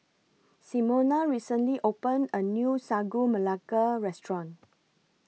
Simona recently opened A New Sagu Melaka Restaurant